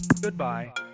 Goodbye